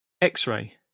X-Ray